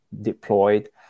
deployed